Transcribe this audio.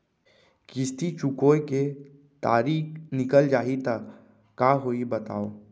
किस्ती चुकोय के तारीक निकल जाही त का होही बताव?